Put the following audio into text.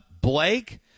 Blake